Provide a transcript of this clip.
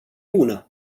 bună